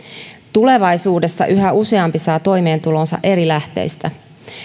tulevaisuudessa yhä useampi saa toimeentulonsa eri lähteistä